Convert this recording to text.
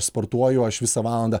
sportuoju aš visą valandą